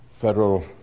Federal